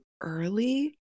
early